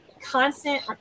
constant